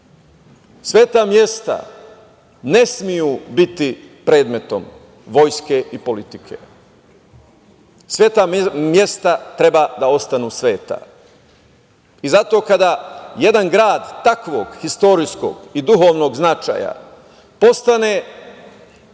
Sveta mesta ne smeju biti predmet vojske i politike. Sveta mesta treba da ostanu sveta i zato kada jedan grad takvog istorijskog i duhovnog značaja postane